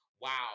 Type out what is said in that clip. Wow